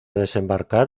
desembarcar